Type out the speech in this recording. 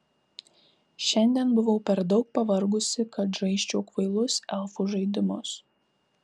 šiandien buvau per daug pavargusi kad žaisčiau kvailus elfų žaidimus